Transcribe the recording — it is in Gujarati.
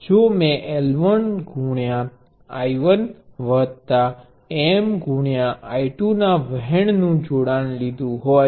જો મેં L1 I1 M I 2 ના પ્રવાહ નુ જોડાણ લીધુ હોય